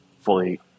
fully